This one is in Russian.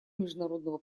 международного